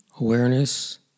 awareness